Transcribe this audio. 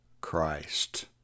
Christ